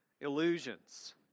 illusions